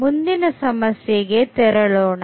ಮುಂದಿನ ಸಮಸ್ಯೆಗೆ ತೆರಳೋಣ